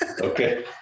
Okay